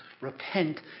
Repent